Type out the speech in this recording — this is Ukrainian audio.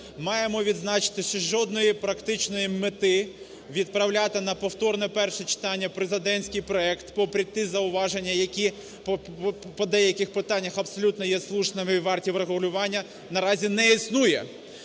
маємо відзначити, що жодної практичної мети відправляти на повторне перше читання президентський проект попри ті зауваження, які по деяких питаннях абсолютно є слушними і варті врегулювання, наразі не існує.